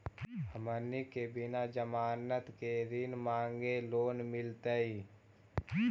हमनी के बिना जमानत के ऋण माने लोन मिलतई?